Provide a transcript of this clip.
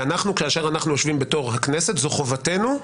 ואנחנו כאשר אנחנו יושבים בתוך הכנסת, זו חובתנו,